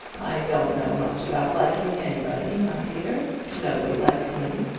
i don't know much about liking anybody, my dear. nobody likes me,